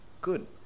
good